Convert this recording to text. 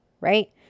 right